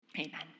Amen